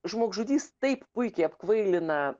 žmogžudys taip puikiai apkvailina